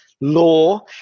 law